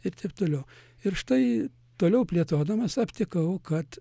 ir taip toliau ir štai toliau plėtodamas aptikau kad